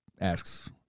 asks